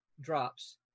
drops